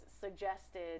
suggested